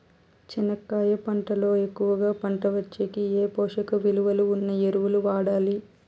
చెనక్కాయ పంట లో ఎక్కువగా పంట వచ్చేకి ఏ పోషక విలువలు ఉన్న ఎరువులు వాడాలి?